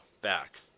back